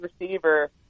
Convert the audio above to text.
receiver